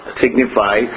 signifies